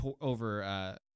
over